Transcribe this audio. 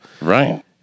Right